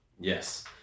Yes